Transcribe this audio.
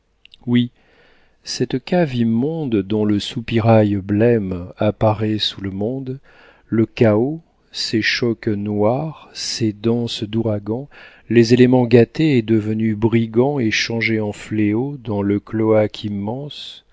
cette cave immonde dont le soupirail blême apparaît sous le monde le chaos ces chocs noirs ces danses d'ouragans les éléments gâtés et devenus brigands et changés en fléaux dans le cloaque immense